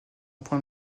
point